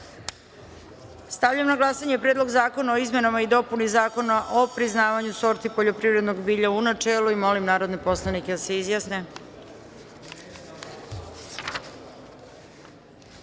zakona. Stavljam na glasanje Predlog zakona o izmenama i dopuni Zakona o priznavanju sorti poljoprivrednog bilja u celini. Molim narodne poslanike da se